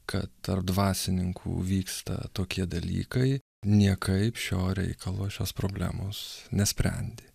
kad tarp dvasininkų vyksta tokie dalykai niekaip šio reikalo šios problemos nesprendė